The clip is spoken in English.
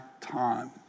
time